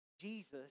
Jesus